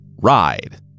Ride